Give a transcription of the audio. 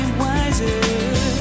wiser